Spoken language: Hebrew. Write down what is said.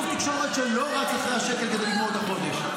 גוף תקשורת שלא רץ אחרי השקל ותגמור את החודש.